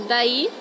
Daí